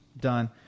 done